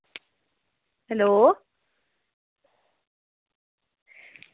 hello